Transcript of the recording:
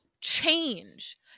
change